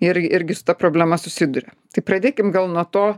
ir irgi su ta problema susiduria tai pradėkim gal nuo to